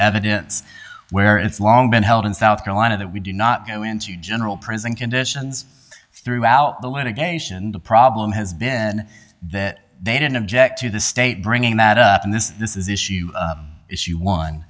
evidence where it's long been held in south carolina that we do not go into general prison conditions throughout the litigation the problem has been that they didn't object to the state bringing that up in this this is issue issue one